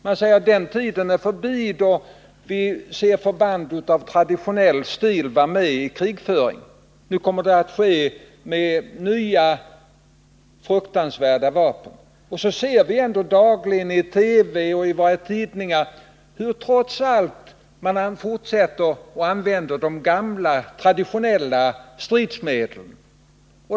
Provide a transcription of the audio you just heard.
Man säger att den tiden är förbi då vi får se förband av traditionellt slag vara med i krigföringen: nu kommer kriget att ske med nya, fruktansvärda vapen. Men vi ser ä ndå dagligen i TV och våra tidningar hur man på olika håll trots allt fortsätter att använda de gamla traditionella stridsmedlen.